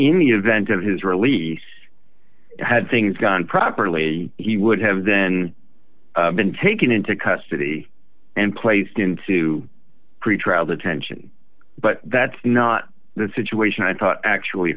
the event of his release had things gone properly he would have then been taken into custody and placed into pretrial detention but that's not the situation i thought actually